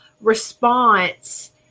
response